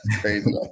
crazy